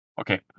Okay